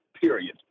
period